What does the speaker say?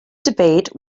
debate